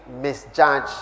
misjudge